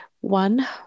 One